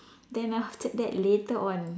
then after that later on